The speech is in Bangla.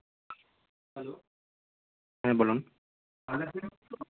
হ্যাঁ বলুন